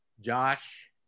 Josh